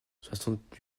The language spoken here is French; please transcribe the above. soixante